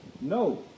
No